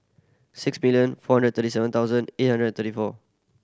six million four hundred thirty seven thousand eight hundred thirty four